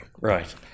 Right